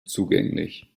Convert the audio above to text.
zugänglich